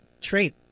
trait